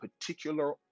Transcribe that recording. particular